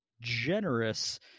generous